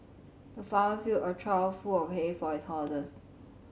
the farmer filled a trough full of hay for his horses